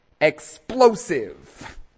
explosive